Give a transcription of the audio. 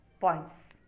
points